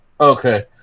Okay